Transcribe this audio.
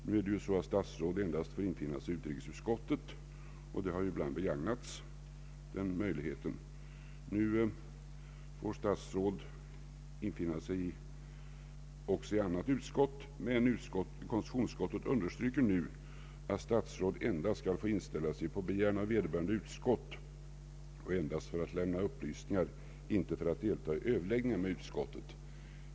Nu får statsråd infinna sig endast i utrikesutskottet, och den möjligheten har ibland begagnats. Enligt den föreslagna ordningen får statsråd infinna sig också i annat utskott, men konstitutionsutskottet understryker att statsråd skall få inställa sig endast på begäran av vederbörande utskott och endast för att lämna upplysningar, inte för att delta i överläggningar med utskottet.